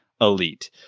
elite